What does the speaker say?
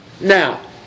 Now